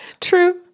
true